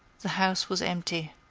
the house was empty.